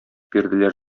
бирделәр